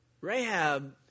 Rahab